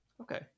Okay